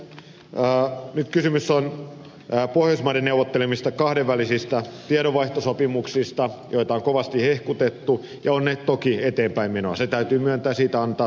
nyt kysymys on pohjoismaiden neuvottelemista kahdenvälisistä tiedonvaihtosopimuksista joita on kovasti hehkutettu ja ovat ne toki eteenpäinmenoa se täytyy myöntää ja siitä antaa tunnustus